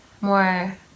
more